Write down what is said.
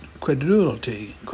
credulity